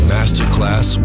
Masterclass